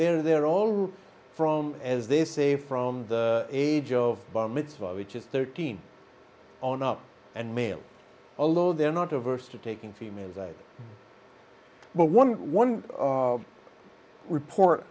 they're they're all from as they say from the age of bar mitzvah which is thirteen on up and male although they're not averse to taking females i but one one report